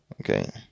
Okay